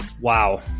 Wow